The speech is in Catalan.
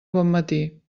bonmatí